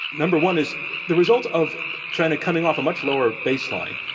number one, is the result of china coming off a much lower baseline.